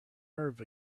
nerve